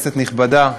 כנסת נכבדה,